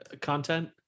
content